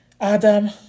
Adam